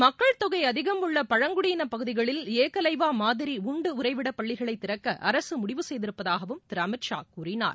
மக்கள் தொகை அதிகம் உள்ள பழங்குடியின பகுதிகளில் ஏகலைவா மாதிரி உண்டு உறைவிட பள்ளிகளை திறக்க அரசு முடிவு செய்திருப்பதாகவும் திரு அமித் ஷா கூறினார்